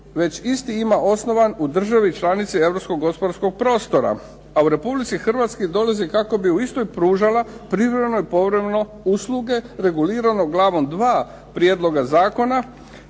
već isti ima osnovan u državi članici Europskog gospodarskog prostora, a u Republici Hrvatskoj dolazi kako bi uistinu pružala privremeno i povremeno usluge regulirano glavom 2. prijedloga zakona